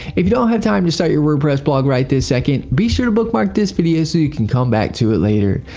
if you don't have time to start your wordpress blog right this second be sure to bookmark this video so you can come back to it later.